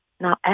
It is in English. Now